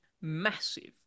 massive